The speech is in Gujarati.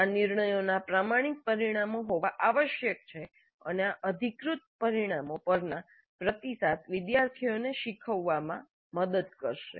આ નિર્ણયોના પ્રમાણિક પરિણામો હોવા આવશ્યક છે અને આ અધિકૃત પરિણામો પરના પ્રતિસાદ વિદ્યાર્થીઓને શીખવવામાં મદદ કરશે